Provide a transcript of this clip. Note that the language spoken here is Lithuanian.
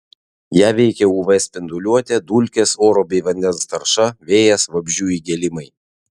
ją veikia uv spinduliuotė dulkės oro bei vandens tarša vėjas vabzdžių įgėlimai